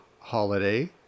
holiday